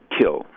kill